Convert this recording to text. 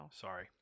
Sorry